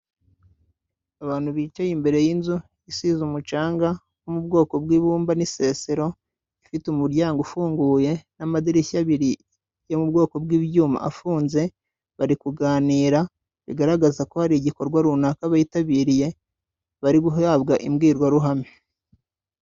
Abantu bicaye imbere y'inzu, isize umucanga wo mu bwoko bw'ibumba n'isesero, ifite umuryango ufunguye n'amadirishya abiri yo mu bwoko bw'ibyuma afunze, bari kuganira bigaragaza ko hari igikorwa runaka bitabiriye, bari guhabwa imbwirwaruhame.